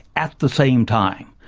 at the same time.